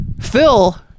phil